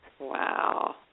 Wow